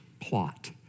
Plot